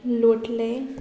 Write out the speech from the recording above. लोटलें